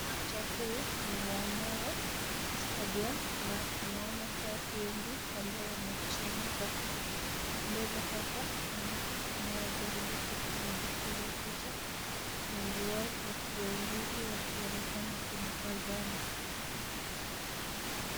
Uwanja huu ni wa nyayo stadium ambapo tunaona watu wengi wamekusanyika, mbele hapa kuna mtu ambaye anajaribu kujipiga picha, wengi wao wakiwaungili wakionekana kumtazama.